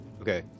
Okay